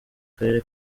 karere